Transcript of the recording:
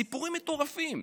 סיפורים מטורפים,